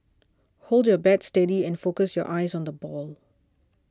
hold your bat steady and focus your eyes on the ball